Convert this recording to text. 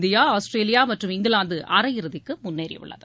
India Australia மற்றும் இங்கிலாந்து அரையிறுதிக்கு முன்னேறி உள்ளது